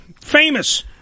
Famous